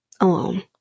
alone